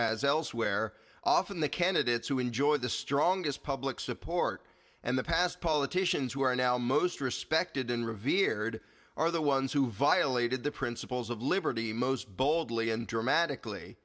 as elsewhere often the candidates who enjoy the strongest public support and the past politicians who are now most respected and revered are the ones who violated the principles of liberty most boldly and dramatically